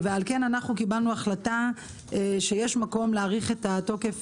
ועל כן קיבלנו החלטה שיש מקום להאריך את התוקף